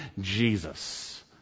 Jesus